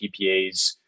PPAs